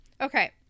Okay